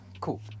Cool